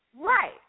Right